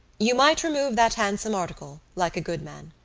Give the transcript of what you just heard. you might remove that handsome article, like a good man.